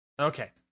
Okay